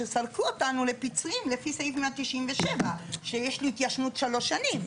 שזרקו אותנו לפיצויים לפי סעיף 197 שיש לי התיישנות שלוש שנים,